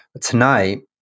Tonight